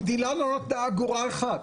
המדינה לא נתנה אגורה אחת.